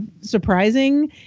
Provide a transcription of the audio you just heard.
surprising